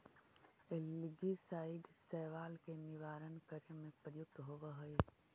algicide शैवाल के निवारण करे में प्रयुक्त होवऽ हई